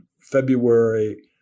February